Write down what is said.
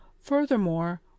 furthermore